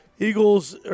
Eagles